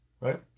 Right